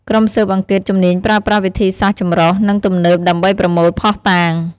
ក្រុមស៊ើបអង្កេតជំនាញប្រើប្រាស់វិធីសាស្រ្តចម្រុះ និងទំនើបដើម្បីប្រមូលភស្តុតាង។